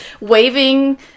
waving